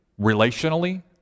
relationally